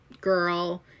girl